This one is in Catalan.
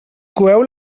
coeu